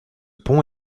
pont